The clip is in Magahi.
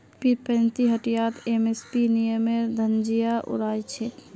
पीरपैंती हटियात एम.एस.पी नियमेर धज्जियां उड़ाई छेक